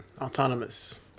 autonomous